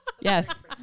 yes